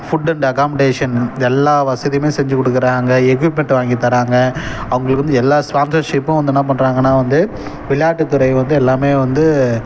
food and accommodation எல்லா வசதியுமே செஞ்சுக் கொடுக்குறாங்க எக்யூப்மெண்ட் வாங்கி தராங்க அவங்களுக்கு வந்து எல்லா ஸ்பான்ஸர்ஷிப்பும் வந்து என்ன பண்ணுறாங்கன்னா வந்து விளையாட்டுத் துறை வந்து எல்லாம் வந்து